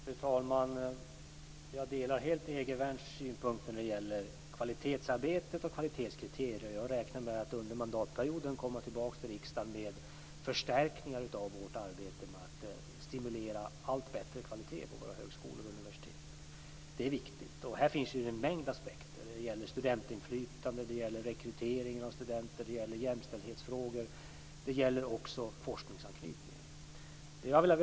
Fru talman! Jag delar helt Egervärns synpunkter när det gäller kvalitetsarbete och kvalitetskriterier. Jag räknar med att under mandatperioden komma tillbaka till riksdagen med förstärkningar av vårt arbete med att stimulera till allt bättre kvalitet på våra högskolor och universitet. Det är viktigt. Här finns ju en mängd aspekter. Det gäller studentinflytande, rekrytering av studenter och jämställdhetsfrågor, och det gäller också forskningsanknytningen.